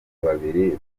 babiri